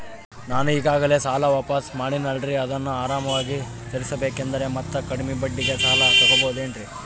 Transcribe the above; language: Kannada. ನಾನು ಈಗಾಗಲೇ ಸಾಲ ವಾಪಾಸ್ಸು ಮಾಡಿನಲ್ರಿ ಅದನ್ನು ಆರಾಮಾಗಿ ತೇರಿಸಬೇಕಂದರೆ ಮತ್ತ ಕಮ್ಮಿ ಬಡ್ಡಿಗೆ ಸಾಲ ತಗೋಬಹುದೇನ್ರಿ?